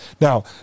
Now